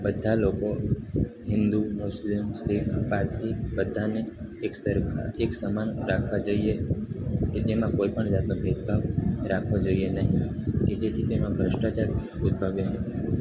બધા લોકો હિન્દુ મુસ્લિમ શીખ પારસી બધાને એકસરખા એક સમાન રાખવા જોઈએ કે જેમાં કોઈપણ જાતનો ભેદભાવ રાખવો જોઈએ નહીં કે જેથી તેમાં ભ્રષ્ટાચાર ઉદ્ભવે